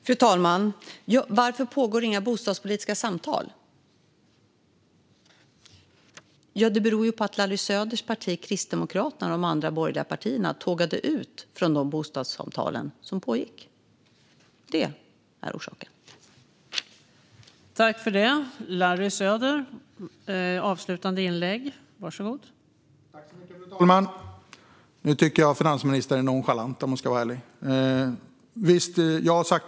Fru talman! Varför pågår inga bostadspolitiska samtal? Det beror ju på att Larry Söders parti Kristdemokraterna och de andra borgerliga partierna tågade ut från de bostadssamtal som pågick.